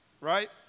right